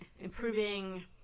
improving